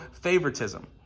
favoritism